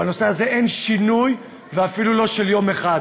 בנושא הזה אין שינוי ואפילו לא של יום אחד.